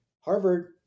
Harvard